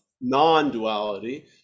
non-duality